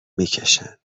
میکشن